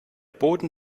boden